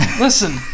Listen